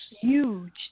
huge